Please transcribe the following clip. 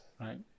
right